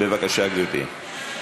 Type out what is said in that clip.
בבקשה, גברתי.